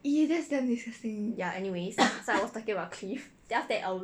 !ee! that's damn disgusting